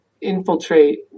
infiltrate